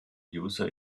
user